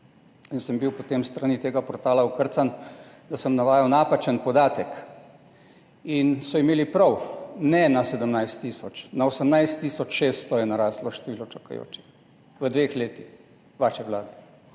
in sem bil potem s strani tega portala okrcan, da sem navajal napačen podatek. In so imeli prav, ne na 17 tisoč, na 18 tisoč 600 je naraslo število čakajočih v dveh letih vaše vlade,